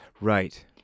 Right